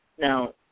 Now